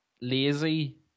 lazy